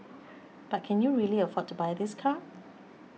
but can you really afford to buy this car